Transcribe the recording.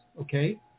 Okay